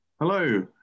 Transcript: Hello